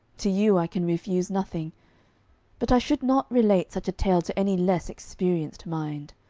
to you i can refuse nothing but i should not relate such a tale to any less experienced mind.